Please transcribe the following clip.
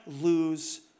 lose